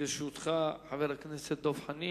לרשותך עשר דקות, חבר הכנסת דב חנין.